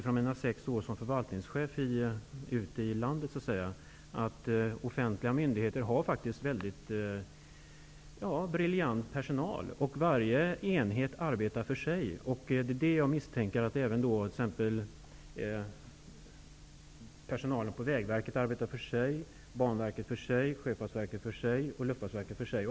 Från mina sex år som förvaltningschef ute i landet har jag emellertid lärt mig en sak, nämligen att offentliga myndigheter har mycket briljant personal. Jag misstänker att varje enhet arbetar för sig. Personalen på Vägverket arbetar för sig liksom man gör på Banverket, Sjöfartsverket och Luftfartsverket.